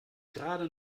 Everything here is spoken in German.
gerade